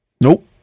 Nope